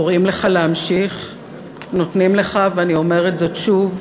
קוראים לך להמשיך ונותנים לך, ואני אומרת זאת שוב,